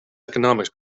economics